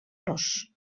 los